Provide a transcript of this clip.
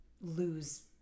lose